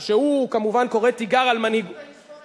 שכמובן קורא תיגר על מנהיגותה,